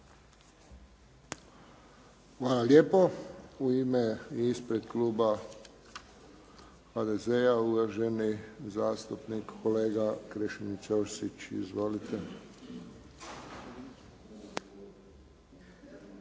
Hvala lijepo. U ime ispred kluba HDZ-a uvaženi zastupnik kolega Krešimir Ćosić. Izvolite.